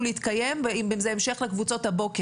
להתקיים אם זה המשך לקבוצות הבוקר,